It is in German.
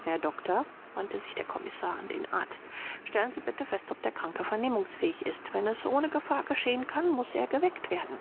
herr doktor wandte sich der kommissar an den arzt stellen sie bitte fest ob der kranke vernehmungsfähig ist wenn es ohne gefahr geschehen kann muß er geweckt werden